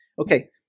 Okay